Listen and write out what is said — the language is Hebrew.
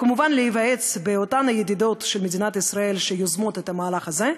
כמובן להיוועץ באותן ידידות של מדינת ישראל שיוזמות את המהלך הזה,